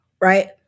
Right